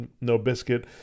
no-biscuit